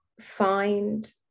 find